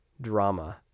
drama